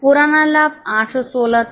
पुराना लाभ 816 था